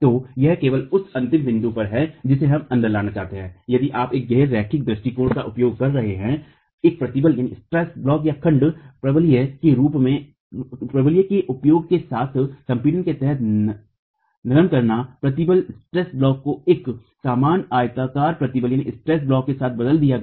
तो यह केवल उस अंतिम बिंदु पर है जिसे हम अंदर लाना चाहते हैं यदि आप एक गैर रैखिक दृष्टिकोण का उपयोग कर रहे हैं एक प्रतिबल ब्लॉकखंड परवलयिक के उपयोग के साथ संपीड़न के तहत नरम करना प्रतिबल ब्लॉक को एक समान आयताकार प्रतिबल ब्लॉक के साथ बदल दिया गया